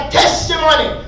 testimony